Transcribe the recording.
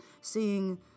Seeing